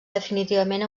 definitivament